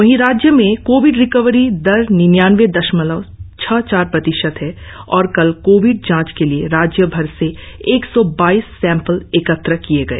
वही राज्य में कोविड रिकवरी दर निन्यानवे दशमलव छह चार प्रतिशत है और कल कोविड जाच के लिए राज्य भर से एक सौ बाईस सैंपल एकत्र किए गए